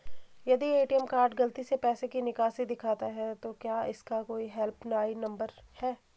यदि ATM card गलती से पैसे की निकासी दिखाता है तो क्या इसका कोई हेल्प लाइन नम्बर है?